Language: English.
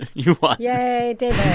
you won yay,